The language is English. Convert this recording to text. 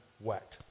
wet